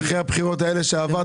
אחרי הבחירות האלה שעברת,